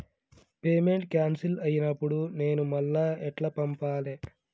Payment cancel అయినపుడు నేను మళ్ళా ఎట్ల పంపాలే?